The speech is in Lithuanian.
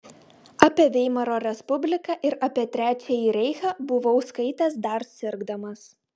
apie veimaro respubliką ir apie trečiąjį reichą buvau skaitęs dar sirgdamas